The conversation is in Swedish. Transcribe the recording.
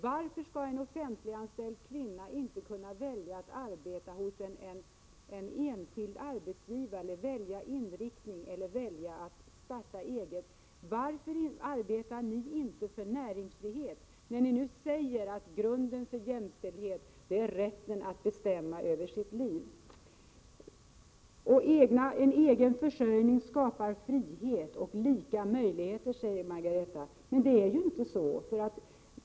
Varför skall en offentligt anställd kvinna inte kunna välja att arbeta hos en enskild arbetsgivare eller att starta eget och varför skall hon inte själv kunna välja inriktning? Varför arbetar ni inte för näringsfrihet? Ni säger ju att grunden för jämställdhet är rätten att bestämma över sitt liv. En egen försörjning skapar frihet och lika möjligheter, sade Margareta Winberg. Men så är det ju inte i verkligheten.